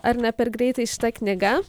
ar ne per greitai šita knyga